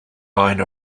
line